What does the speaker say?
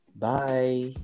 Bye